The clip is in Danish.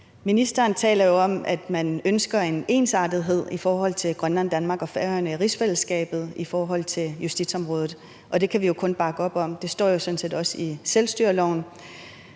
Ministeren taler jo om, at man ønsker en ensartethed mellem Grønland, Danmark og Færøerne i rigsfællesskabet på justitsområdet, og det kan vi kun bakke op om. Det står jo sådan set også i selvstyreloven.